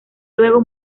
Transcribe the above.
luego